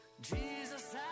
Jesus